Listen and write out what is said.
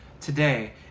today